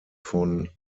von